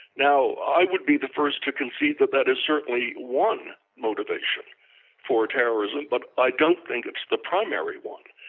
now, i would be the first to concede that that is certainly one motivation for terrorism but i don't think it's the primary one.